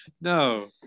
no